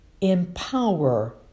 empower